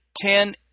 ten